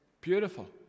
beautiful